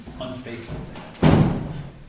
unfaithful